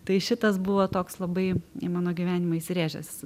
tai šitas buvo toks labai į mano gyvenimą įsirėžęs